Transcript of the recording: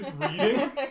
reading